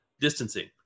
distancing